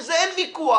בזה אין ויכוח.